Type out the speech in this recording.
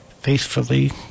faithfully